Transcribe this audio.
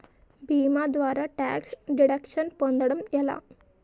భీమా ద్వారా tax deduction పొందటం ఎలా?